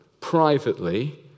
privately